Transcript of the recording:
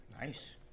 Nice